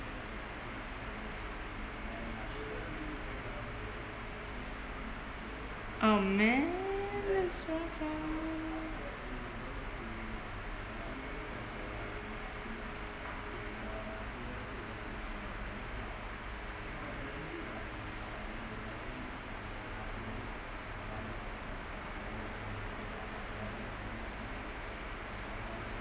oh man that's so fun